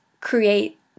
create